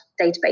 database